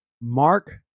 Mark